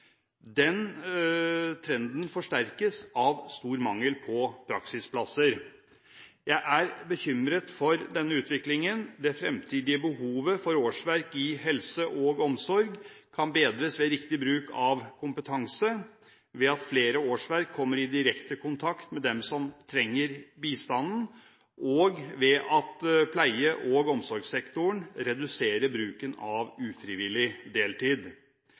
Den trenden forsterkes av stor mangel på praksisplasser. Jeg er bekymret for denne utviklingen. Det fremtidige behovet for årsverk i helse og omsorg kan bedres ved riktig bruk av kompetanse, ved at flere årsverk kommer i direkte kontakt med dem som trenger bistanden, og ved at pleie- og omsorgssektoren reduserer bruken av ufrivillig deltid.